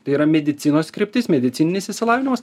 tai yra medicinos kryptis medicininis išsilavinimas